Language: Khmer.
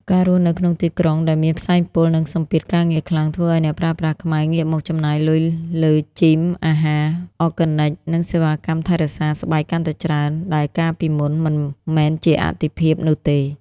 ការរស់នៅក្នុងទីក្រុងដែលមានផ្សែងពុល និងសម្ពាធការងារខ្លាំង ធ្វើឱ្យអ្នកប្រើប្រាស់ខ្មែរងាកមកចំណាយលុយលើ Gym, អាហារ Organic និងសេវាកម្មថែរក្សាស្បែកកាន់តែច្រើន ដែលកាលពីមុន មិនមែនជាអាទិភាពនោះទេ។